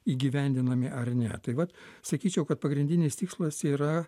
įgyvendinami ar ne tai vat sakyčiau kad pagrindinis tikslas yra